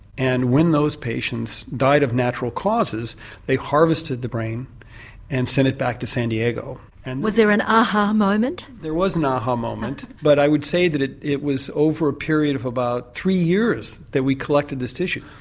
and when those patients died of natural causes they harvested the brain and sent it back to san diego. and was there an ah-ha moment? there was an ah-ha moment. but i would say that it it was over a period of about three years that we collected this tissue.